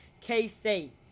K-State